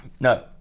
No